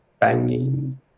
banging